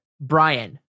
brian